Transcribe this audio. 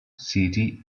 city